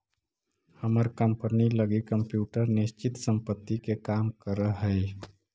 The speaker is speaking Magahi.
हमर कंपनी लगी कंप्यूटर निश्चित संपत्ति के काम करऽ हइ